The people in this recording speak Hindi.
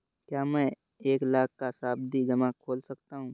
क्या मैं एक लाख का सावधि जमा खोल सकता हूँ?